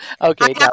Okay